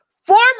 Former